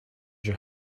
your